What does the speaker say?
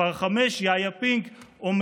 מספר 5 יא יא פינק הוא